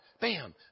bam